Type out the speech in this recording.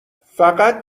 فقط